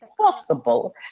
possible